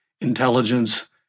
intelligence